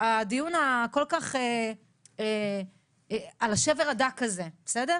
הדיון על השבר הדק הזה, בסדר?